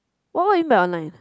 what what buy online